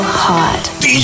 hot